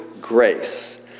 grace